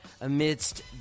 amidst